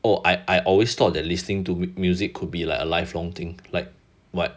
oh I I always thought that listening to music could be like a lifelong thing like what